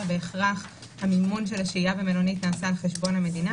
בהכרח המימון של השהייה במלונית נעשה על חשבון המדינה.